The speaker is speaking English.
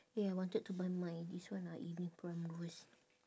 eh I wanted to buy my this one ah evening primrose